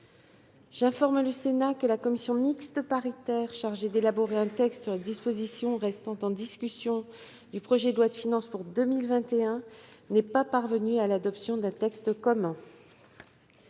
J'informe le Sénat que la commission mixte paritaire chargée d'élaborer un texte sur les dispositions restant en discussion du projet de loi de finances pour 2021 n'est pas parvenue à l'adoption d'un texte commun.